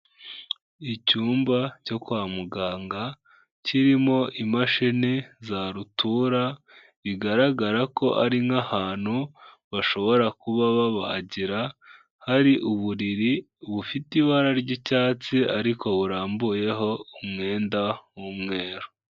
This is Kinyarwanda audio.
Icyumba cyo kwa muganga kirimo imashini za rutura, bigaragara ko ari nk'ahantu bashobora kuba bahagira, hari uburiri bufite ibara ry'icyatsi ariko burambuyeho umwenda w'umweru.